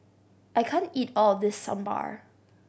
I can't eat all of this Sambar